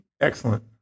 Excellent